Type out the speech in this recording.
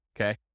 okay